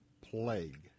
plague